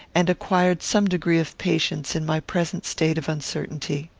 and acquired some degree of patience in my present state of uncertainty.